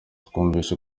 twumvise